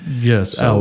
Yes